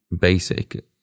basic